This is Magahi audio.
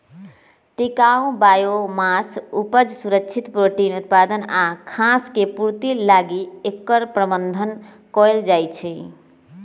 टिकाऊ बायोमास उपज, सुरक्षित प्रोटीन उत्पादक आ खाय के पूर्ति लागी एकर प्रबन्धन कएल जाइछइ